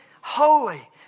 holy